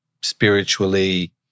spiritually